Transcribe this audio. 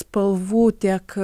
spalvų tiek